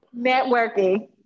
Networking